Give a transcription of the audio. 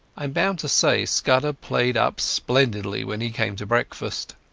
i am bound to say scudder played up splendidly when he came to breakfast.